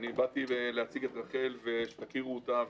באתי להציג את רח"ל כדי שתכירו אותה,